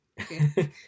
okay